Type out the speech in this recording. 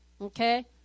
Okay